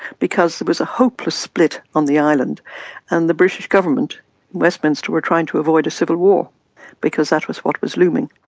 because there was a hopeless split on the island and the british government in westminster were trying to avoid a civil war because that was what was looming.